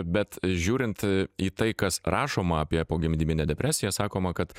bet žiūrint į tai kas rašoma apie pogimdyminę depresiją sakoma kad